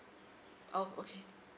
oh okay